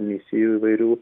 misijų įvairių